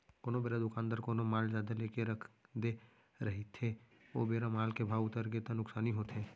कोनो बेरा दुकानदार कोनो माल जादा लेके रख दे रहिथे ओ बेरा माल के भाव उतरगे ता नुकसानी होथे